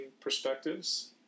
perspectives